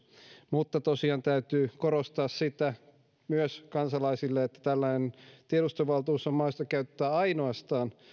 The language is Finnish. mutta tosiaan täytyy korostaa kansalaisille myös sitä että tällaista tiedusteluvaltuutta on mahdollista käyttää ainoastaan